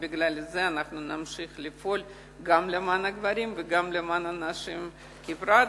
ובגלל זה נמשיך לפעול גם למען הגברים וגם למען הנשים בפרט,